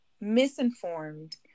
misinformed